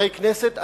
חברי הכנסת,